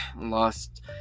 lost